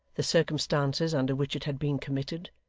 the circumstances under which it had been committed,